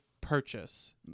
purchase